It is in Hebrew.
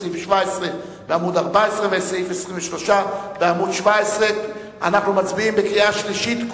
סעיף 17 בעמוד 14 וסעיף 23 בעמוד 17. אנחנו מצביעים בקריאה השלישית,